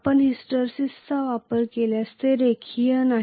आपण हिस्टरेसिसचा विचार केल्यास ते रेषीय नाही